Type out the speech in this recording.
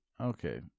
okay